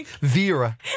Vera